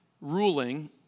ruling